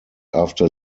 after